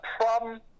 problem